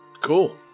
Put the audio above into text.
Cool